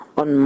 on